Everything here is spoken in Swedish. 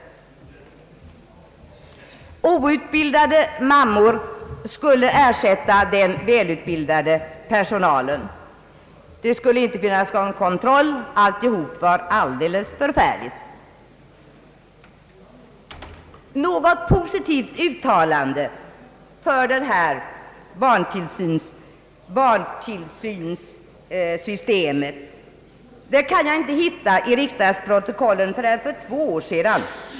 Outbildade mammor skulle ersätta den välutbildade personalen. Det skulle inte finnas någon kontroll över verksamheten. Alltihop var alldeles förfärligt! Något positivt uttalande för det här barntillsynssystemet har jag inte kunnat hitta i riksdagsprotokollen förrän för två år sedan.